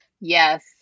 Yes